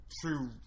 true